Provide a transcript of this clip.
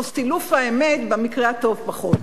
או סילוף האמת במקרה הטוב פחות?